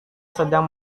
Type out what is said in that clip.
sedang